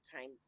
time